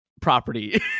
property